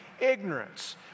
ignorance